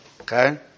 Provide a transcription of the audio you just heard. Okay